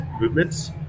movements